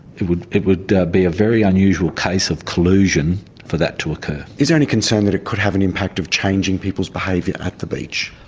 it would it would be a very unusual case of collusion for that to occur. is there any concern that it could have an impact of changing people's behaviour at the beach?